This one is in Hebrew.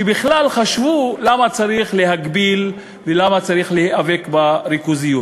שבכלל חשבו למה צריך להגביל ולמה צריך להיאבק בריכוזיות.